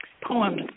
poems